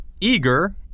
eager